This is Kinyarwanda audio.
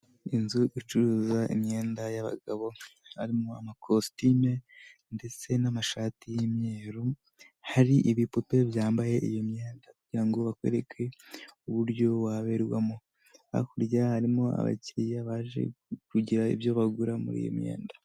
Inzu icuruza imyenda y'abagabo, harimo amakositime ndetse n'amashati y'imyeru hari ibipupe byambaye iyo myenda kugira ngo bakwereke uburyo waberwa, hakurya harimo abakiriya baje kugira ibyo bagura muri iyo myenda.